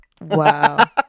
Wow